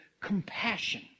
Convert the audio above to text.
compassion